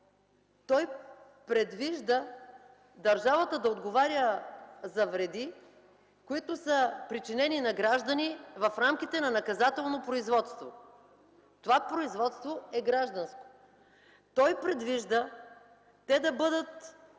Той предвижда държавата да отговаря за вреди, причинени на граждани в рамките на наказателно производство. Това производство е гражданско. Той предвижда те да бъдат